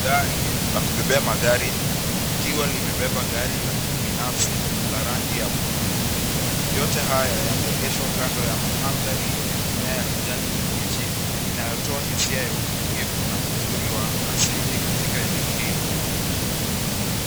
Gari la kubebea magari likiwa limebeba gari la binafsi la rangi ya buluu. Yote haya yameegeshwa kando ya mandhari yenye mimea ya kijani kibichi inayotoa hisia ya utulivu na uzuri wa asili katika eneo hilo.